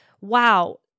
wow